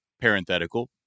parenthetical